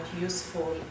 useful